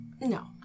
No